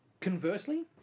Conversely